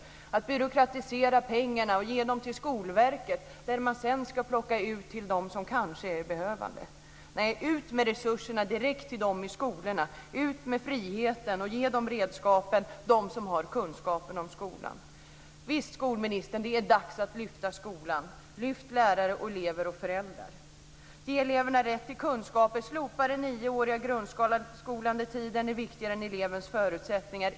Hon vill byråkratisera pengarna och ge dem till Skolverket, där man sedan ska dela ut till dem som kanske är behövande. Nej, ut med resurserna direkt till skolorna! Ut med friheten! Ge redskapen åt dem som har kunskapen om skolan! Visst är det dags att lyfta skolan, skolministern. Lyft lärare, elever och föräldrar. Ge eleverna rätt till kunskaper. Slopa den nioåriga grundskolan där tiden är viktigare än elevens förutsättningar.